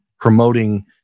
promoting